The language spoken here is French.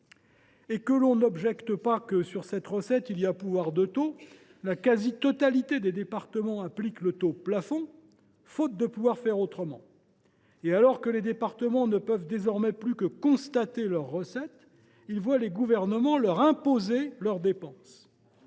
Et que l’on n’objecte pas que, sur cette recette, il y a un pouvoir de taux : la quasi totalité des départements applique le taux plafond, faute de pouvoir faire autrement. Alors que les départements ne peuvent désormais plus que constater leurs niveaux de recettes, ils voient les gouvernements successifs leur imposer leurs dépenses.